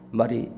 mari